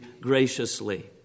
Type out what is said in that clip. graciously